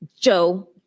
Joe